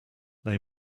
they